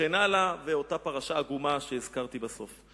וכן הלאה, ואותה פרשה עגומה שהזכרתי בסוף.